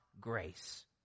grace